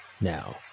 Now